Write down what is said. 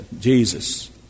Jesus